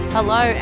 Hello